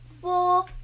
four